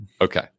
Okay